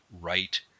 right